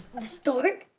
ah stork?